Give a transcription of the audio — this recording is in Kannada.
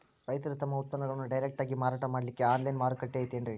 ರೈತರು ತಮ್ಮ ಉತ್ಪನ್ನಗಳನ್ನು ಡೈರೆಕ್ಟ್ ಆಗಿ ಮಾರಾಟ ಮಾಡಲಿಕ್ಕ ಆನ್ಲೈನ್ ಮಾರುಕಟ್ಟೆ ಐತೇನ್ರೀ?